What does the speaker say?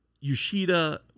Yoshida